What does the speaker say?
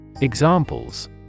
Examples